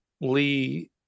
Lee